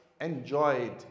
Enjoyed